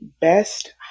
best